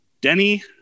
Denny